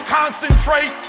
concentrate